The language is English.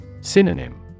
Synonym